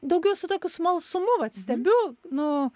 daugiau su tokiu smalsumu vat stebiu nu